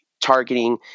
targeting